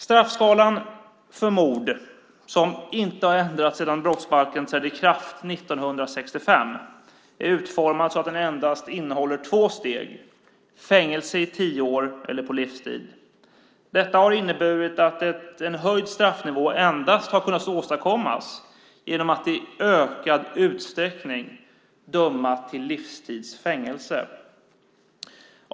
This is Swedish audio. Straffskalan för mord, som inte har ändrats sedan brottsbalken trädde i kraft 1965, är utformad så att den endast innehåller två steg, nämligen fängelse i tio år eller på livstid. Detta har inneburit att en höjd straffnivå endast har kunnat åstadkommas genom att i ökad utsträckning döma till livstids fängelse.